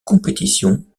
compétition